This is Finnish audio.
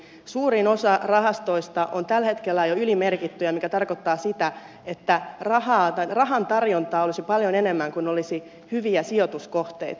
suurin osa rahastoista on tällä hetkellä jo ylimerkittyjä mikä tarkoittaa sitä että rahan tarjontaa olisi paljon enemmän kuin olisi hyviä sijoituskohteita